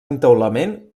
entaulament